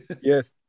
yes